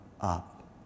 up